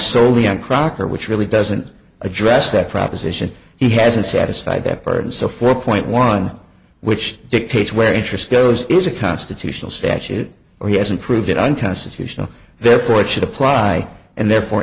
solely on crocker which really doesn't address that proposition he hasn't satisfied that burden so four point one which dictates where interest goes is a constitutional statute or he hasn't proved it unconstitutional therefore it should apply and therefore